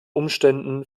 umständen